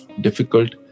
difficult